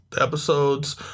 episodes